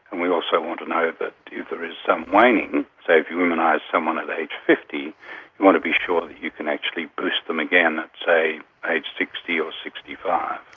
and we also want to know that if there is some waning, say if you immunise someone at age fifty you want to be sure that you can actually boost them again at, say, age sixty or sixty five.